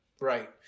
Right